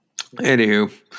Anywho